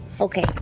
Okay